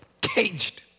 caged